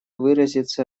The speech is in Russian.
выразиться